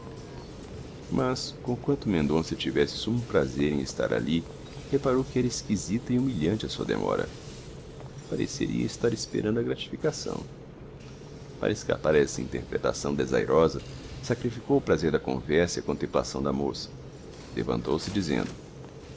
agudíssimas mas conquanto mendonça tivesse sumo prazer em estar ali reparou que era esquisita e humilhante a sua demora pareceria estar esperando a gratificação para escapar a essa interpretação desairosa sacrificou o prazer da conversa e a contemplação da moça levantou-se dizendo